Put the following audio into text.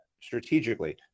strategically